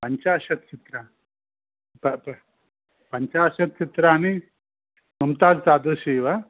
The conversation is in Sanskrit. पञ्चाशत् चित्रा पप पञ्चाशत् चित्राणि ममता तादृशी वा